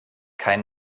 kein